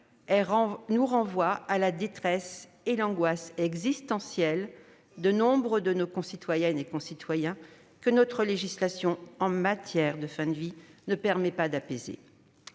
nous renvoie à la détresse et à l'angoisse existentielle de nombre de nos concitoyens, que notre législation en matière de fin de vie ne permet pas d'apaiser.